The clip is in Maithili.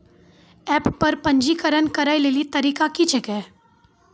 एप्प पर पंजीकरण करै लेली तरीका की छियै?